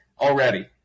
already